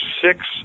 six